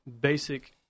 basic